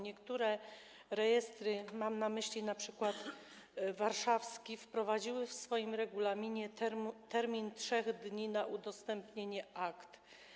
Niektóre rejestry - mam na myśli np. warszawski - wprowadziły w swoim regulaminie termin 3 dni na udostępnienie akt.